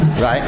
Right